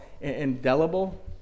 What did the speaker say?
indelible